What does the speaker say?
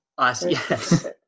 Yes